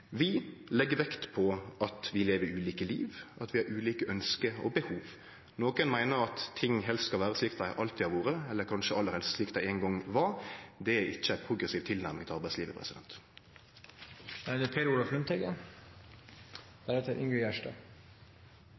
Vi legg vekt på at vi lever ulike liv, og at vi har ulike ønske og behov. Nokre meiner at ting skal vere slik dei alltid har vore, eller kanskje aller helst slik dei ein gong var, det er ikkje ei progressiv tilnærming til arbeidslivet.